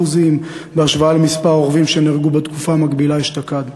בהשוואה למספר הרוכבים שנהרגו בתקופה המקבילה אשתקד.